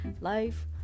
Life